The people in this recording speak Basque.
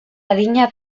adina